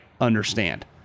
understand